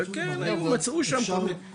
וכן מצאו שם כל מיני.